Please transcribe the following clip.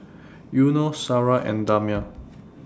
Yunos Sarah and Damia